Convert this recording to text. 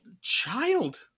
child